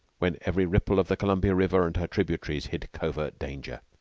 when every ripple of the columbia river and her tributaries hid covert danger.